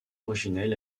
originelle